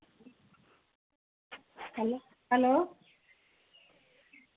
hello hello